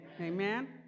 amen